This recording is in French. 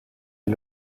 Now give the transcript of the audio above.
est